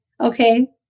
okay